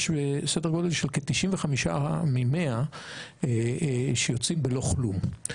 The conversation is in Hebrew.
יש סדר גודל של כ-95 מתוך 100 שיוצאים בלא כלום.